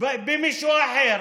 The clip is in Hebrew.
מישהו אחר.